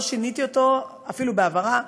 לא שיניתי אותו אפילו בהברה.